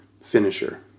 finisher